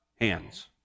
hands